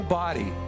body